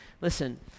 Listen